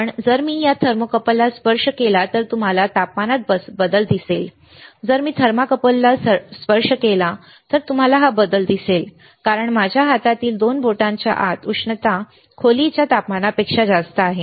पण जर मी या थर्मोकपलला स्पर्श केला तर तुम्हाला तापमानात बदल दिसेल जर मी थर्माकोपलला स्पर्श केला तर तुम्हाला हा बदल दिसेल कारण माझ्या हातातील 2 बोटांच्या आत उष्णता खोलीच्या तापमानापेक्षा जास्त आहे